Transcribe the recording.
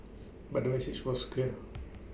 but the message was clear